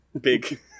big